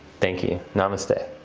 thank you, namaste. ah